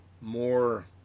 more